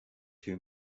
too